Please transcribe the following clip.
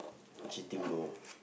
cheating loh